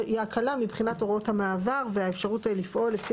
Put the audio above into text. תהיה הקלה מבחינת הוראות המעבר והאפשרות לפעול לפי